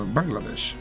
Bangladesh